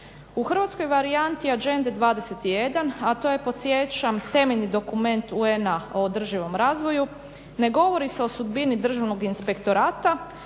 U hrvatskoj varijanti Agende 21 a to je podsjećam temeljni dokument UN-a o održivom razvoju ne govori se o sudbini Državnog inspektorata